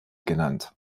genannt